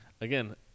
Again